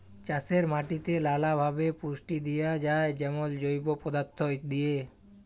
চাষের মাটিতে লালাভাবে পুষ্টি দিঁয়া যায় যেমল জৈব পদাথ্থ দিঁয়ে